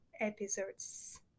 episodes